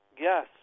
Yes